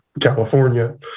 California